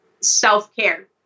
self-care